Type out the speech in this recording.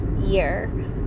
year